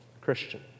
Christian